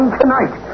tonight